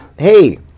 Hey